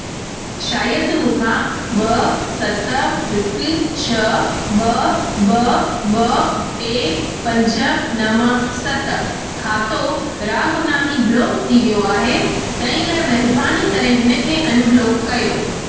शायदि मूंखां ॿ सत हिकु छह ॿ ॿ ॿ टे पंज नव सत खातो रागुनाही ब्लॉक थी वियो आहे तंहिं लाइ महिरबानी करे हिन खे अनब्लॉक कयो